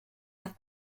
have